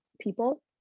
people